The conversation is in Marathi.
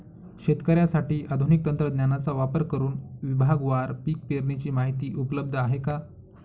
शेतकऱ्यांसाठी आधुनिक तंत्रज्ञानाचा वापर करुन विभागवार पीक पेरणीची माहिती उपलब्ध आहे का?